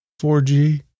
4G